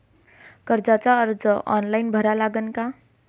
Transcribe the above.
कर्जाचा अर्ज ऑनलाईन भरा लागन का?